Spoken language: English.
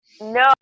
No